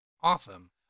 awesome